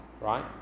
right